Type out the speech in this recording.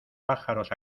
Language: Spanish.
pájaros